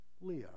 Leah